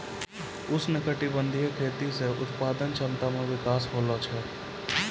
उष्णकटिबंधीय खेती से उत्पादन क्षमता मे विकास होलो छै